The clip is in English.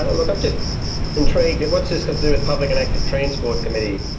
ah look, i'm just intrigued, what's this got to do with public and active transport committee?